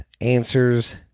answers